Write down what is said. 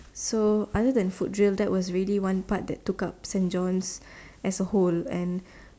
so other than foot drill that is one part that took up Saint-John's as a whole